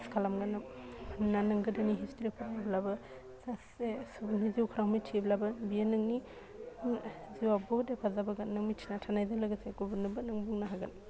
फास खालामगोन नों ना नों गोदोनि हिस्ट्रि फरायब्लाबो सासे सुबुंनि जिउ खौरां मिथियोब्लाबो बियो नोंनि जिवाव बहुत हेफाजाब होगोन नों मिथिना थानायजों लोगोसे गुबुननोबो नों बुंना होगोन